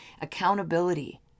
accountability